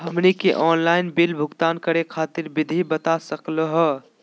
हमनी के online bill भुगतान करे खातीर विधि बता सकलघ हो?